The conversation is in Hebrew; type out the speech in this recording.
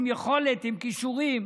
עם יכולת ועם כישורים.